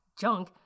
junk